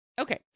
Okay